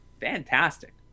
fantastic